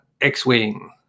X-Wing